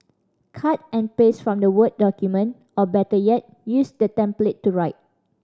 cut and paste from the word document or better yet use the template to write